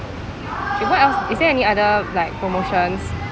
K what else is there any other like promotions